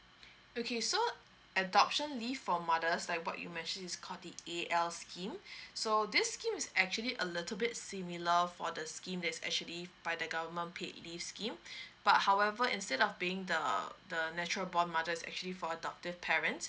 okay so adoption leave for mothers like what you mention is called the A_L scheme so this scheme is actually a little bit similar for the scheme that's actually by the government paid leave scheme but however instead of being the the natural born mother it's actually for adoptive parents